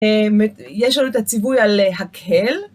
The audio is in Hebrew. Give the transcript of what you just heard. יש לנו את הציווי על הקל.